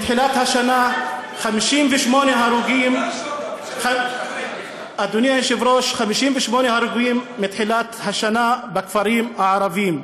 מתחילת השנה היו 58 הרוגים בכפרים הערביים.